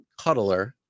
cuddler